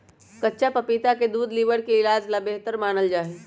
कच्चा पपीता के दूध लीवर के इलाज ला बेहतर मानल जाहई